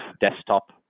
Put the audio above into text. desktop